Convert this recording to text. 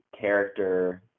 character